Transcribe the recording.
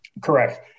Correct